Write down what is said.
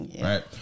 right